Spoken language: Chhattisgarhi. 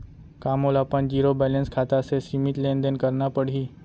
का मोला अपन जीरो बैलेंस खाता से सीमित लेनदेन करना पड़हि?